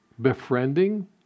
befriending